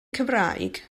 cymraeg